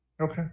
okay